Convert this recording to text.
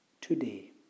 today